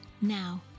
now